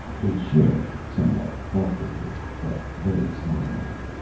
they shook, somewhat awkwardly, but very solemnly.